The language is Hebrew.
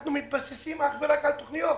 אנחנו מתבססים אך ורק על תוכניות.